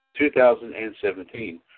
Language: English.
2017